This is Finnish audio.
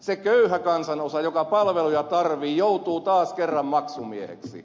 se köyhä kansanosa joka palveluja tarvitsee joutuu taas kerran maksumieheksi